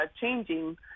changing